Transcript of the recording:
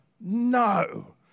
no